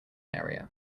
area